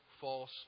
false